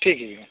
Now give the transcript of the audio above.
ठीक है भैया